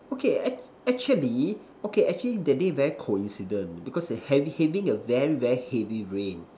okay actually okay actually that day very coincidence because having having a very very heavy rain